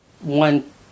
one